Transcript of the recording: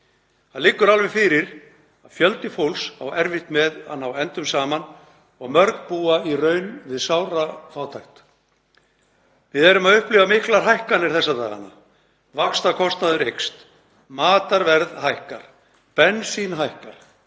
Það liggur alveg fyrir að fjöldi fólks á erfitt með að ná endum saman og mörg búa í raun við sára fátækt. Við erum að upplifa miklar hækkanir þessa dagana. Vaxtakostnaður eykst, matarverð hækkar, bensín hækkar,